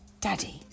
Daddy